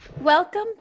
Welcome